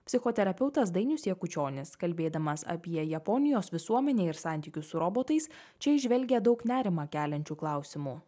psichoterapeutas dainius jakučionis kalbėdamas apie japonijos visuomenę ir santykius su robotais čia įžvelgia daug nerimą keliančių klausimų